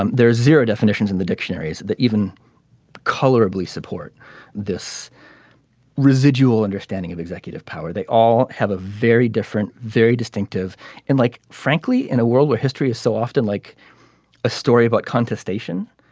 um there are zero definitions in the dictionaries that even culturally support this residual understanding of executive power they all have a very different very distinctive and like frankly in a world where history is so often like a story about contestation.